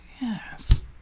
Yes